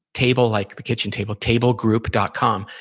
table, like the kitchen table, tablegroup dot com.